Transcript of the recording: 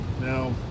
Now